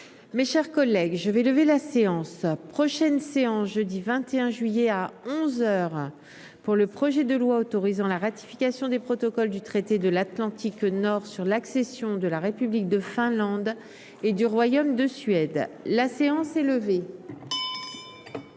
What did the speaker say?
Mes chers collègues, je vais lever la séance prochaine séance jeudi 21 juillet à 11 heures pour le projet de loi autorisant la ratification des protocoles du traité de l'Atlantique nord sur l'accession de la République de Finlande et du royaume de Suède, la séance est levée.